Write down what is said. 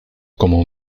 como